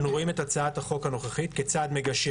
אנו רואים את הצעת החוק הנוכחית כצעד מגשר